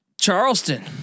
Charleston